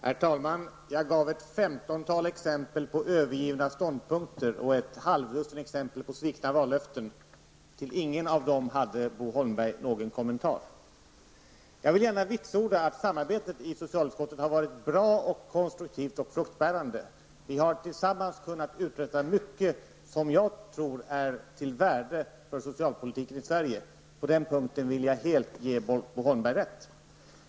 Herr talman! Jag gav ett femtontal exempel på övergivna ståndpunkter och ett halvdussin exempel på svikna vallöften. Till inget av dem hade Bo Holmberg någon kommentar. Jag vill gärna vitsorda att samarbetet i socialutskottet har varit bra, konstruktivt och fruktbärande. Vi har tillsammans kunnat uträtta mycket, som jag tror är till värde för socialpolitiken i Sverige. På den punkten vill jag ge Bo Holmberg helt rätt.